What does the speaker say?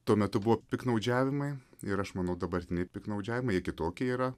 tuo metu buvo piktnaudžiavimai ir aš manau dabartiniai piktnaudžiavimai jie kitokie yra